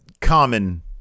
Common